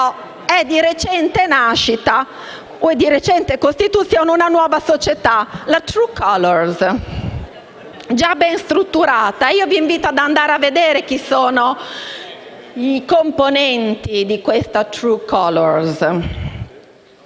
ma è recente la nascita, la costituzione di una nuova società, la «True Colours», già ben strutturata - vi invito ad andare a vedere chi sono i componenti di questa «True Colours»